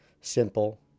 Simple